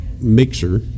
mixer